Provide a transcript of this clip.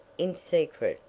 in secret,